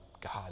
God